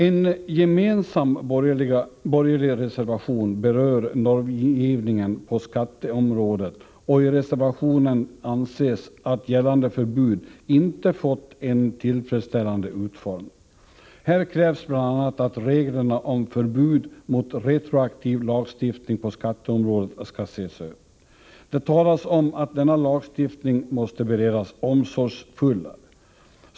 En gemensam borgerlig reservation berör normgivningen på skatteområdet. I reservationen anförs att gällande förbud inte fått en tillfredsställande utformning. Här krävs bl.a. att reglerna om förbud mot retroaktiv lagstiftning på skatteområdet skall ses över. Det talas om att denna lagstiftning måste beredas omsorgsfullare.